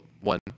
One